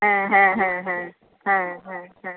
ᱦᱮᱸ ᱦᱮᱸ ᱦᱮᱸ ᱦᱮᱸ ᱦᱮᱸ ᱦᱮᱸ